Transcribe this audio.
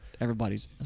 everybody's